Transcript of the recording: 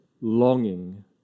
longing